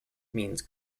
means